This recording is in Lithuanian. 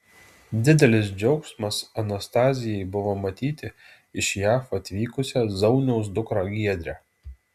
didelis džiaugsmas anastazijai buvo matyti iš jav atvykusią zauniaus dukrą giedrę